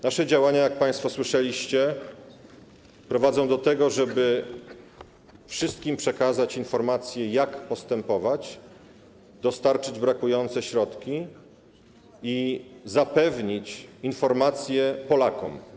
Nasze działania, jak państwo słyszeliście, prowadzą do tego, żeby wszystkim przekazać informacje, jak postępować, dostarczyć brakujące środki i zapewnić informacje Polakom.